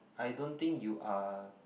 I don't think you are